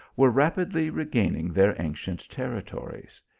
were rapidly regaining their ancient territories.